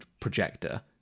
projector